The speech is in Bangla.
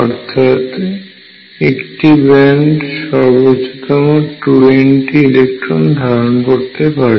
অর্থাৎ একটি ব্যান্ড সর্বাধিক 2N সংখ্যক ইলেকট্রন ধারণ করতে পারে